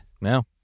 No